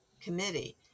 committee